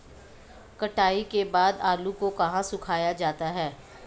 कटाई के बाद आलू को कहाँ सुखाया जाता है?